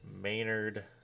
Maynard